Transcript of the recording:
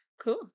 Cool